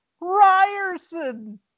ryerson